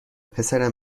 پسرم